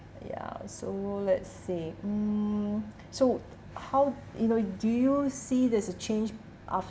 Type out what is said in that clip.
ya so let's say mm so how you know do you see there's a change after